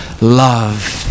love